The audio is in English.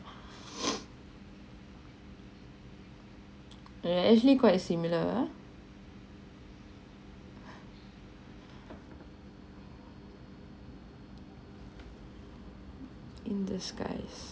yeah actually quite similar ah in disguise